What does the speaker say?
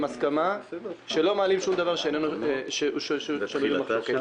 הסכמה שלא מעלים משהו שום דבר שנוי במחלוקת.